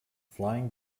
flying